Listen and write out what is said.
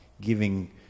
giving